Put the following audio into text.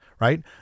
right